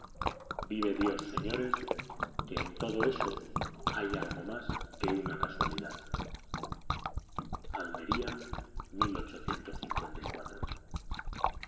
vive dios señores que en todo eso hay algo más que una casualidad almería